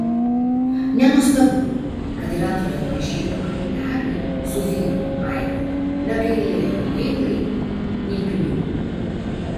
nenuostabu kad ir antrojo mažylio kraiteliui su vyru aivaru negailėjo nei laiko nei pinigų